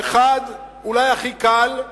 האחד, אולי הכי קל,